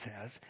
says